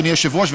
אדוני היושב-ראש,